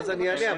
ואז אענה,